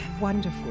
wonderful